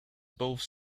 both